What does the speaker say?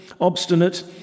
obstinate